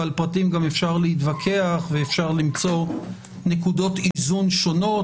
ועל פרטים גם אפשר להתווכח ואפשר למצוא נקודות איזון שונות,